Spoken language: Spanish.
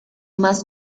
más